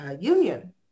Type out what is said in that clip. union